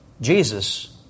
Jesus